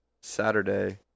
Saturday